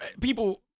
people